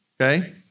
Okay